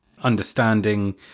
understanding